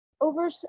over